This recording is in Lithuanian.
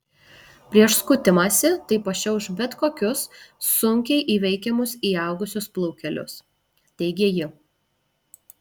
prieš skutimąsi tai pašiauš bet kokius sunkiai įveikiamus įaugusius plaukelius teigė ji